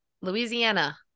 Louisiana